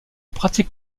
pratique